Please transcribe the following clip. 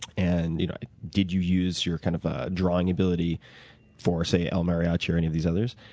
and you know did you use your kind of drawing ability for, say, el mariachi or any of these others?